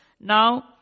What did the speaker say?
Now